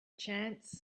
chance